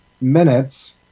minutes